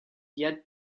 yet